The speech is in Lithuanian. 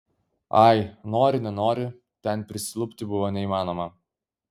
ai nori nenori ten prisilupti buvo neįmanoma